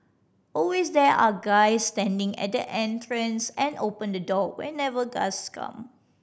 always there are guys standing at the entrance and open the door whenever guests come